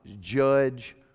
judge